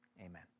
Amen